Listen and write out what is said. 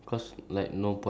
bank account